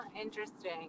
interesting